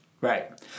Right